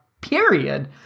period